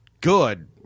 good